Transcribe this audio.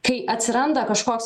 kai atsiranda kažkoks